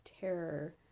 terror